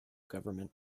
government